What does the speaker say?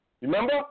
Remember